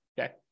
Okay